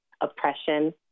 oppression